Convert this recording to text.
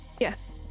Yes